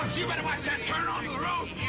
you better watch that turn on and the road!